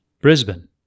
Brisbane